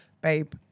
babe